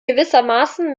gewissermaßen